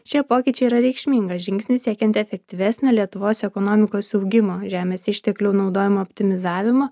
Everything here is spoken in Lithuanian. šie pokyčiai yra reikšmingas žingsnis siekiant efektyvesnio lietuvos ekonomikos augimo žemės išteklių naudojimo optimizavimo